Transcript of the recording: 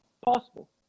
possible